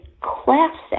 classic